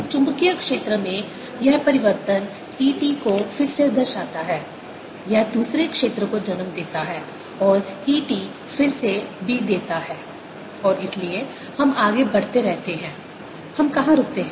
चुंबकीय क्षेत्र में यह परिवर्तन E t को फिर से दर्शाता है यह दूसरे क्षेत्र को जन्म देता है और E t फिर से B देता है और इसलिए हम आगे बढ़ते रहते हैं हम कहाँ रुकते हैं